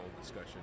discussion